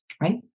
Right